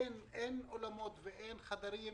אין אולמות ואין חדרים